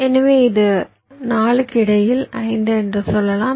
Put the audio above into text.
எனவே இது 4 க்கு இடையில் 5 என்று சொல்லலாம்